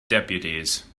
deputies